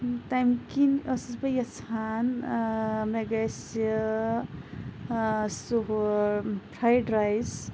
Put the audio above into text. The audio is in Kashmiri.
تَمہِ کِنۍ ٲسٕس بہٕ یَژھان مےٚ گژھِ سُہ ہُہ فرٛایڈ رایِس